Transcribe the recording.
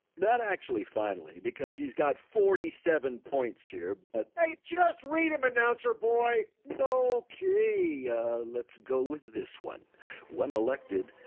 not actually finally, because he's got forty seven points here, but just read them announcer boy though, she let's go with this one when elected,